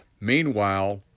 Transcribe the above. Meanwhile